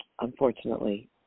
unfortunately